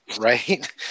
Right